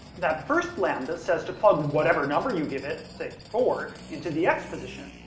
that first lambda says to plug whatever number you give it say, four into the x position.